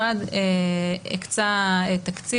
לעניין ההנגשה, משרד המשפטים הקצה תקציב